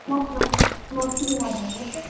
نو نو نو بجے آ جاٮٔیں گے اوکے